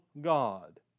God